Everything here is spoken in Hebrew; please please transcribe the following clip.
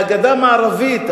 מהגדה המערבית,